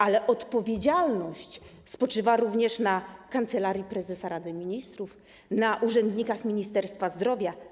Ale odpowiedzialność spoczywa również na Kancelarii Prezesa Rady Ministrów, na urzędnikach Ministerstwa Zdrowia.